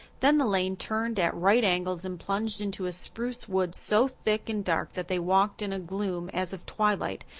then the lane turned at right angles and plunged into a spruce wood so thick and dark that they walked in a gloom as of twilight,